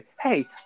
Hey